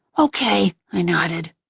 okay. i nodded.